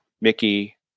Mickey